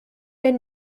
and